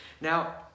Now